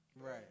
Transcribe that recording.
Right